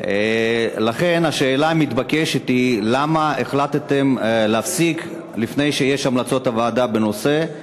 לכן השאלה המתבקשת היא למה החלטתם להפסיק לפני שיש המלצות הוועדה בנושא,